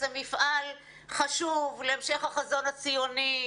זה מפעל חשוב להמשך החזון הציוני,